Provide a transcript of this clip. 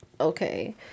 okay